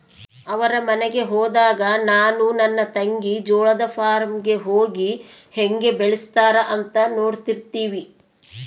ಅವರ ಮನೆಗೆ ಹೋದಾಗ ನಾನು ನನ್ನ ತಂಗಿ ಜೋಳದ ಫಾರ್ಮ್ ಗೆ ಹೋಗಿ ಹೇಂಗೆ ಬೆಳೆತ್ತಾರ ಅಂತ ನೋಡ್ತಿರ್ತಿವಿ